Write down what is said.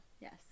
yes